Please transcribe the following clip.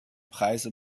preise